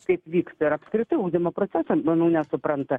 kaip vyks ir apskritai ugdymo proceso manau nesupranta